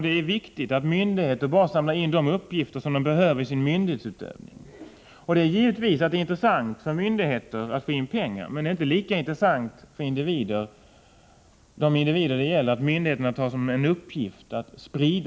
Det är viktigt att myndigheter samlar in bara de uppgifter som de behöver i sin myndighetsutövning. Det är givetvis intressant för myndigheter att få in pengar, men det är inte lika intressant för de individer det gäller att myndigheter sprider insamlade uppgifter. Herr talman!